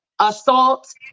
assault